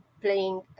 playing